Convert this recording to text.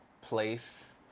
place